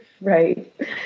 Right